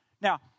Now